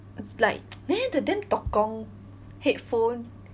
like there the damn tok gong headphone